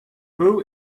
who